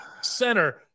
center